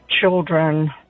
children